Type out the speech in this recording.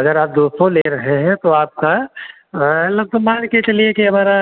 अगर आप दो सौ ले रहे हैं तो आपका लमसम मान के चलिए हमारा